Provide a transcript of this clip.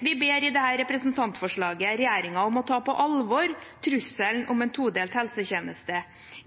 Vi ber i dette representantforslaget regjeringen om å ta på alvor trusselen om en todelt helsetjeneste